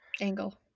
angle